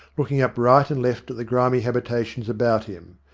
looking up right and left at the grimy habitations about him.